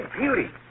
beauty